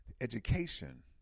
education